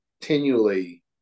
continually